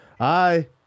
Hi